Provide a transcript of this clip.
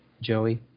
Joey